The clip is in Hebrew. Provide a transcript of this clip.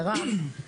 מירב,